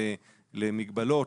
למגבלות,